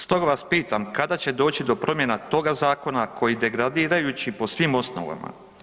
Stoga vas pitam, kada će doći do promjena toga zakona koji degradirajući po svim osnovama.